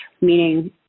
meaning